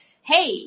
hey